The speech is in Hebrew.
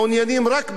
ולא בשלום.